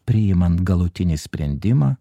priimant galutinį sprendimą